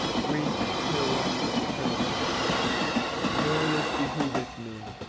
grief, hills, eternity nor this behooveth me.